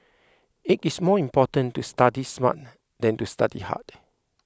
it is more important to study smart than to study hard